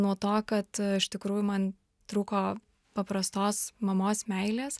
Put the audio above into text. nuo to kad iš tikrųjų man trūko paprastos mamos meilės